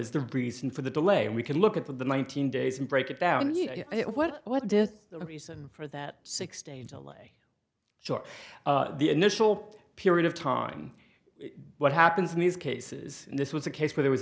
is the reason for the delay and we can look at the nineteen days and break it down what what did the reason for that sixty short the initial period of time what happens in these cases this was a case where there was